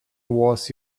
was